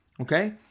Okay